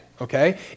Okay